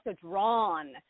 drawn